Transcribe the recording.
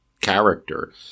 character